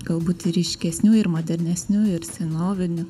galbūt ir ryškesnių ir modernesnių ir senovinių